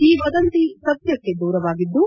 ಈ ವದಂತಿ ಸತ್ಕಕ್ಕೆ ದೂರವಾಗಿದ್ದು